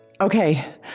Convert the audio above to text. Okay